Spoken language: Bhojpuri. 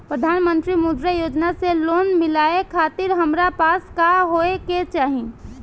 प्रधानमंत्री मुद्रा योजना से लोन मिलोए खातिर हमरा पास का होए के चाही?